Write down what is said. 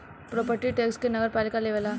property tax के नगरपालिका लेवेला